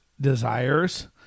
desires